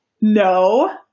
no